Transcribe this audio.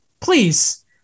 please